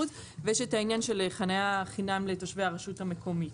ויש את העניין של חנייה חינם לתושבי הרשות המקומית,